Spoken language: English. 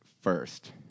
first